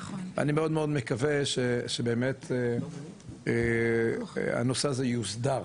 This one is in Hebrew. אני מאוד מאוד מקווה שבאמת הנושא הזה יוסדר,